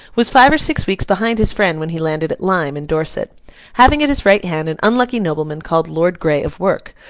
was five or six weeks behind his friend when he landed at lyme, in dorset having at his right hand an unlucky nobleman called lord grey of werk,